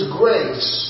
grace